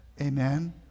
amen